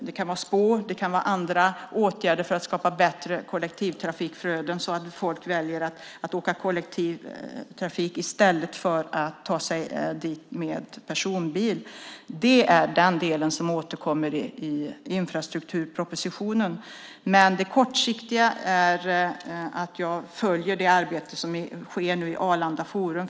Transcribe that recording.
Det kan gälla spår, och det kan gälla andra åtgärder för att skapa bättre kollektivtrafikflöden så att folk väljer att åka kollektivtrafik i stället för att ta sig till Arlanda med personbil. Det är den del som återkommer i infrastrukturpropositionen. Men på kort sikt följer jag nu det arbete som sker inom Arlanda forum.